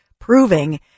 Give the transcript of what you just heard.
proving